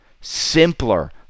simpler